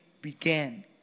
began